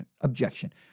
objection